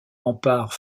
rempart